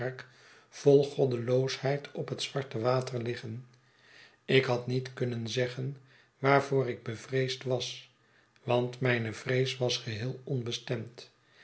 vol goddeloosheid op het zwarte water liggen ik had niet kunnen zeggen waarvoor ik bevreesd was want mijne vrees was geheel onbestemd